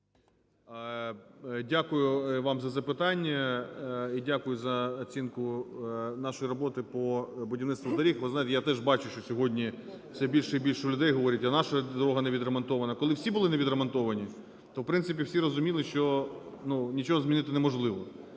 Дякую вам за запитання. І дякую за оцінку нашої роботи по будівництву доріг. Ви знаєте, я теж бачу, що сьогодні все більше і більше людей говорить: а наша дорога не відремонтована. Коли всі були не відремонтовані, то, в принципі, всі розуміли, що, ну, нічого змінити неможливо.